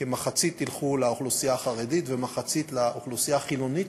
כמחצית ילכו לאוכלוסייה החרדית ומחצית לאוכלוסייה החילונית,